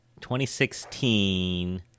2016